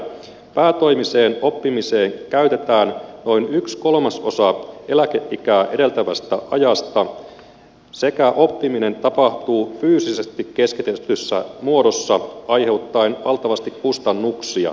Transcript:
päätoimiseen oppimiseen käytetään noin yksi kolmasosa eläkeikää edeltävästä ajasta ja oppiminen tapahtuu fyysisesti keskitetyssä muodossa aiheuttaen valtavasti kustannuksia